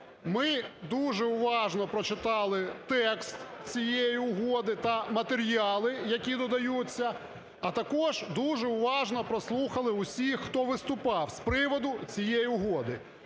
Ми дуже уважно прочитали текст цієї угоди та матеріали, які додаються, а також дуже уважно прослухали усіх, хто виступав з приводу цієї угоди.